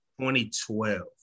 2012